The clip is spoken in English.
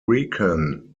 rican